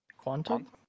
Quantum